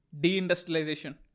Deindustrialization